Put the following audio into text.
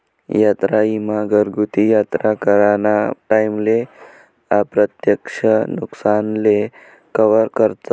यात्रा ईमा घरगुती यात्रा कराना टाईमले अप्रत्यक्ष नुकसानले कवर करस